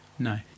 No